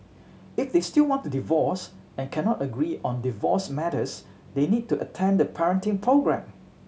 if they still want to divorce and cannot agree on divorce matters they need to attend the parenting programme